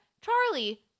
Charlie